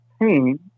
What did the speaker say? pain